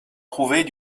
trouver